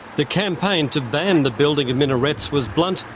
the campaign to ban the building of minarets was blunt,